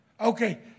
Okay